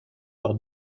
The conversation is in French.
leur